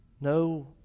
no